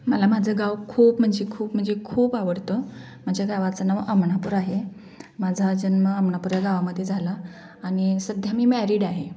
मला माझं गाव खूप म्हणजे खूप म्हणजे खूप आवडतं माझ्या गावाचं नाव आमणापूर आहे माझा जन्म आमणापूर या गावामध्ये झाला आणि सध्या मी मॅरीड आहे